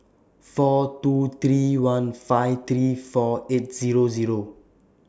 four two three one five three four eight Zero Zero